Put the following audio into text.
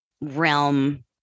realm